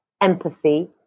empathy